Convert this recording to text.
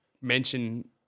mention